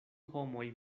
homoj